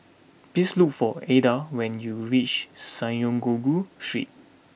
please look for Adda when you reach Synagogue Street